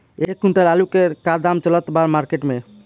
एक क्विंटल आलू के का दाम चलत बा मार्केट मे?